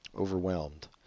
overwhelmed